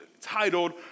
titled